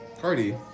Cardi